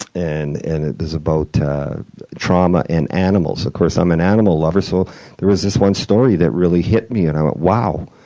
and and it was about trauma in animals. of course, i'm an animal lover, so there was this one story that really hit me and i went, wow.